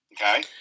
Okay